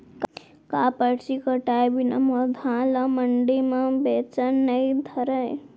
का परची कटाय बिना मोला धान ल मंडी म बेचन नई धरय?